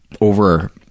over